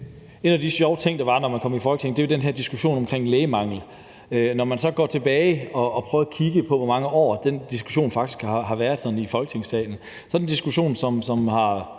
En af de sjove ting, der var i forbindelse med at komme i Folketinget, var den her diskussion om lægemangel, for når man går tilbage og prøver at kigge på, hvor mange år den diskussion faktisk har været i Folketingssalen, så ser man, at det er en diskussion, som har